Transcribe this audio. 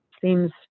seems